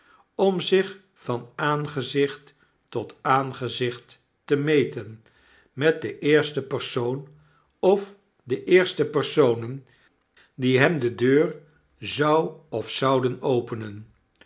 om zich van aangezicht tot aangezicht te meten met den eersten persoon of de eerste personen die hem de deur zou of zouden openen